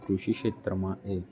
કૃષિ ક્ષેત્રમાં એ